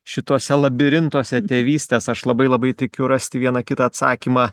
šituose labirintuose tėvystės aš labai labai tikiu rasti vieną kitą atsakymą